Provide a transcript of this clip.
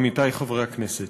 עמיתי חברי הכנסת,